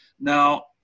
Now